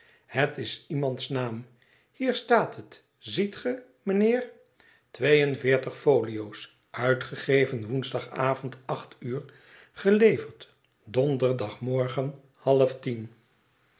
het is iemands naam hier staat het ziet ge mijnheer twee en veertig folio's uitgegeven woensdagavond acht uur geleverd donderdagmorgen half tien